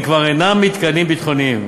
הם כבר אינם מתקנים ביטחוניים